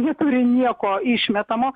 neturi nieko išmetamo